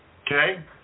Okay